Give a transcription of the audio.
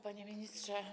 Panie Ministrze!